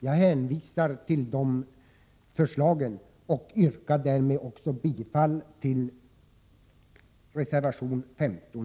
Jag hänvisar till detta förslag och yrkar bifall till reservation 15.